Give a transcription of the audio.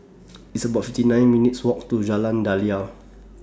It's about fifty nine minutes' Walk to Jalan Daliah